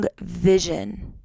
vision